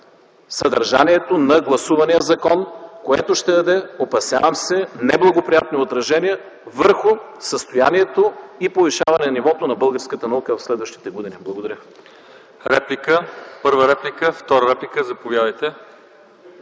съдържанието на гласувания закон, което ще даде, опасявам се, неблагоприятно отражение върху състоянието и повишаване нивото на българската наука в следващите години. Благодаря.